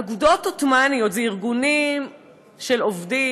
אגודות עות'מאניות זה ארגונים של עובדים,